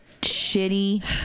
shitty